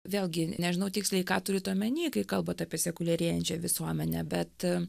vėlgi nežinau tiksliai ką turit omeny kai kalbat apie sekuliarėjančią visuomenę bet